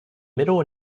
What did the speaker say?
middle